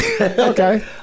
Okay